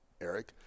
Eric